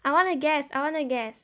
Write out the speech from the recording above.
I want to guess I wanna guess